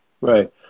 right